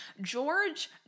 George